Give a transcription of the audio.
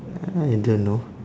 I don't know